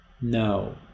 No